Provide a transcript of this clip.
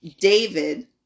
David